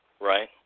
Right